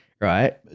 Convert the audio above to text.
Right